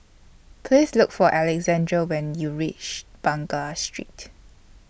Please Look For Alexandra when YOU REACH Street